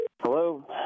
Hello